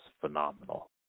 phenomenal